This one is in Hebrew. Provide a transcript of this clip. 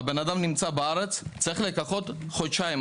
אדם נמצא בארץ והוא צריך לחכות חודשיים.